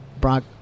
Brock